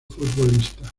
futbolista